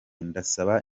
ndasaba